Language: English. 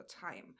time